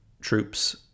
troops